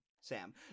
Sam